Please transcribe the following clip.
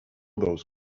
those